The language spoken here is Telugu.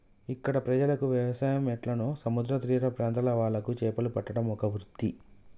ఇక్కడ ప్రజలకు వ్యవసాయం ఎట్లనో సముద్ర తీర ప్రాంత్రాల వాళ్లకు చేపలు పట్టడం ఒక వృత్తి